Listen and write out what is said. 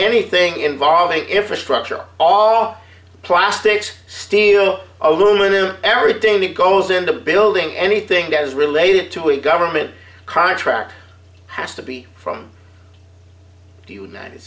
anything involving if a structure all plastics steel aluminum everything that goes into building anything that is related to a government contract has to be from th